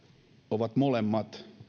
ovat molemmat